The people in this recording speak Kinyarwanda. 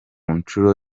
nshuro